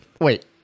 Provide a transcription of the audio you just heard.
Wait